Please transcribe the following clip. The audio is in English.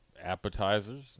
appetizers